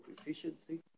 efficiency